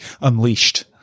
unleashed